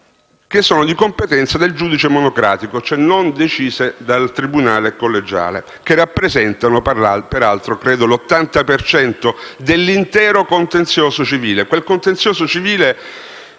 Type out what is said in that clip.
che sono di competenza del giudice monocratico (cioè non decise dal tribunale collegiale), che credo rappresentino peraltro l'80 per cento dell'intero contenzioso civile.